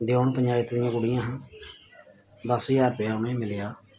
देओन पंचायत दियां कुड़ियां हियां दस ज्हार रपेआ उ'नें मिलेआ